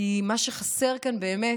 כי מה שחסר כאן באמת,